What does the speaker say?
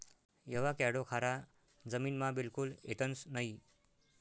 avocado खारा जमीनमा बिलकुल येतंस नयी